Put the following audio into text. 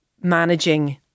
managing